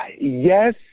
yes